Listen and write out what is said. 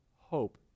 hope